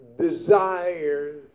desires